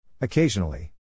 Occasionally